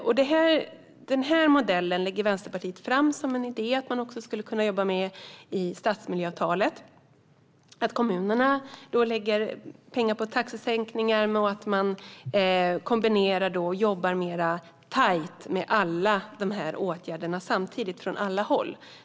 Vänsterpartiet lägger fram som idé att man skulle kunna jobba med denna modell i stadsmiljöavtalet, det vill säga att kommunerna lägger pengar på taxesänkningar och då kombinerar dessa åtgärder och jobbar tajt med dem från alla håll.